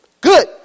Good